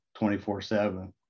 24/7